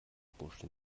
bursche